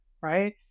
right